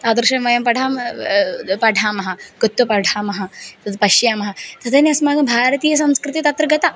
तादृशं वयं पठामः पठामः कुत्र पठामः तद् पश्यामः तदानीम् अस्माकं भारतीयसंस्कृतिः तत्र गता